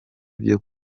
byo